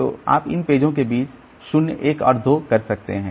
तो आप इन पेजों के बीच 0 1 और 2 कर सकते हैं